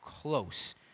close